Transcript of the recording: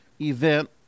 event